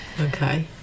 Okay